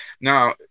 Now